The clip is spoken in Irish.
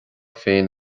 féin